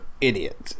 idiot